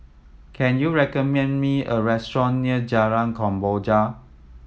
can you recommend me a restaurant near Jalan Kemboja